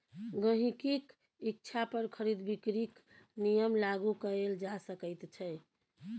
गहिंकीक इच्छा पर खरीद बिकरीक नियम लागू कएल जा सकैत छै